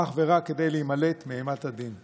אך ורק כדי להימלט מאימת הדין.